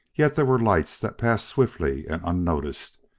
yet there were lights that passed swiftly and unnoticed,